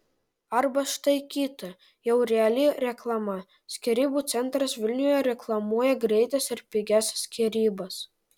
arba štai kita jau reali reklama skyrybų centras vilniuje reklamuoja greitas ir pigias skyrybas